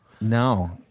No